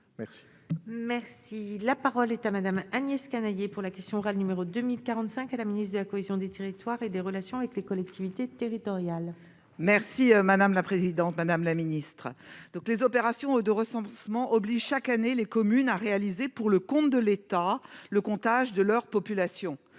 merci, la parole est à Madame Agnès Canayer pour la question orale, numéro 2000 45 à la ministre de la cohésion des territoires et des relations avec les collectivités territoriales. Merci madame la présidente, madame la ministre, donc les opérations de recensement oblige chaque année les communes a réalisé pour le compte de l'État, le comptage de leur population